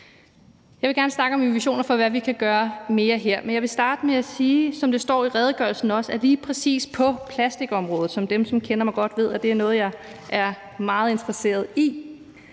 Jeg vil gerne snakke om mine visioner for, hvad vi mere kan gøre her, men jeg vil starte med at sige, som det også står i redegørelsen, at lige præcis på plastikområdet, som dem, der kender mig godt, ved er noget, jeg er meget interesseret i,